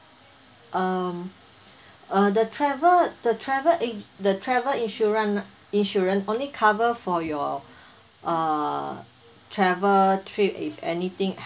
um uh the travel the travel the travel insurance insurance only cover for your uh travel trip if anything